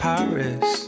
Paris